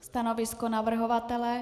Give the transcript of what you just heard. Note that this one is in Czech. Stanovisko navrhovatele?